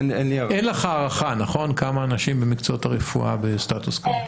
אין לך הערכה כמה אנשים במקצועות הרפואה בסטטוס כזה?